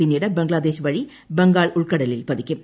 പിന്നീട് ബംഗ്ലാദേശ് വഴി ബംഗാൾ ഉൾക്കടയിൽ പതിക്കും